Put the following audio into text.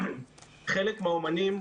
חלק מהאומנים,